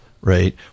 Right